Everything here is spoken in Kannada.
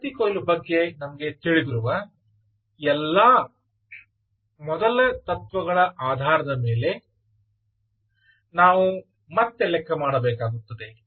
ಶಕ್ತಿ ಕೊಯ್ಲು ಬಗ್ಗೆ ನಮಗೆ ತಿಳಿದಿರುವ ಎಲ್ಲ ಮೊದಲ ತತ್ವಗಳ ಆಧಾರದ ಮೇಲೆ ನಾವು ಮತ್ತೆ ಲೆಕ್ಕ ಮಾಡಬೇಕಾಗುತ್ತದೆ